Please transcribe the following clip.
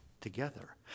together